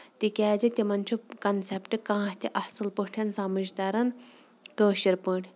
تِکیازِ تِمن چھُ کنسیپٹ کانہہ تہِ اَصٕل پٲٹھۍ سَمجھ تران کٲشِر پٲٹھۍ